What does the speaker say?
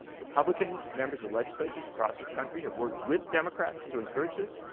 republican members of legislatures across this country have worked with democrats to encourage this.